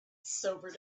sobered